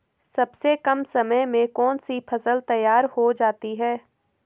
सबसे कम समय में कौन सी फसल तैयार हो जाती है?